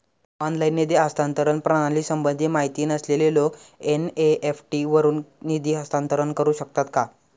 Online निधी हस्तांतरण प्रणालीसंबंधी माहिती नसलेले लोक एन.इ.एफ.टी वरून निधी हस्तांतरण करू शकतात का?